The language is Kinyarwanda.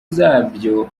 zabyo